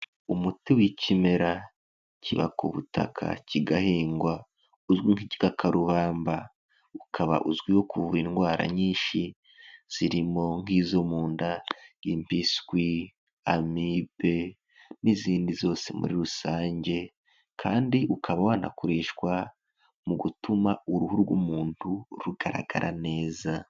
Umuti w'ikimera kiba ku butaka kigahingwa, uzwi nk'ikikakaruhamba, ukaba uzwiho kuvura indwara nyinshi zirimo, nk'izo mu nda, impiswi, amibe n'izindi zose muri rusange, kandi ukaba wanakoreshwa mu gutuma uruhu rw'umuntu rugaragara neza.